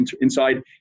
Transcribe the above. inside